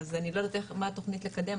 אז אני לא יודעת מה התכנית לקדם,